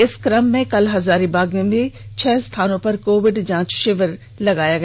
इस कम में कल हजारीबाग में भी छह स्थानों पर कोविड जांच शिविर लगाया गया